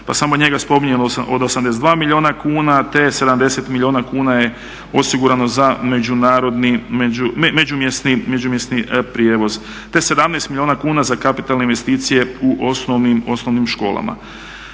pa samo njega spominjemo od 82 milijuna kuna te 70 milijuna kuna je osigurano za međumjesni prijevoz te 17 milijuna kuna za kapitalne investicije u osnovnim školama.